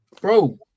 bro